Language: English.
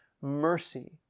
mercy